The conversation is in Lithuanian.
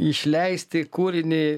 išleisti kūrinį